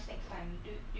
yes of course